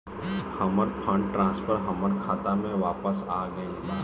हमर fund transfer हमर खाता में वापस आ गईल बा